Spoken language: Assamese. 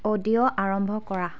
অডিঅ' আৰম্ভ কৰা